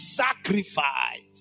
sacrifice